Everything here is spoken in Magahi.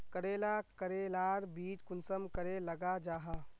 करेला करेलार बीज कुंसम करे लगा जाहा?